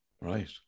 right